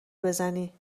بزنی